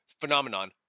phenomenon